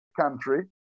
country